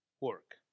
work